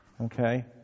okay